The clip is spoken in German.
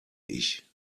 ich